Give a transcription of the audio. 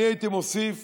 אני הייתי מוסיף